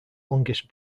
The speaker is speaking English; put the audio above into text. longest